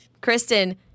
Kristen